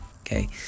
okay